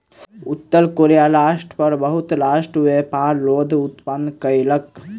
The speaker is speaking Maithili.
उत्तर कोरिया राष्ट्र पर बहुत राष्ट्र व्यापार रोध उत्पन्न कयलक